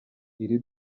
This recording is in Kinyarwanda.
iri